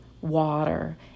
water